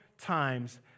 times